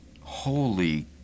holy